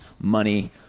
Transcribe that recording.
Money